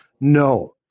No